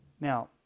Now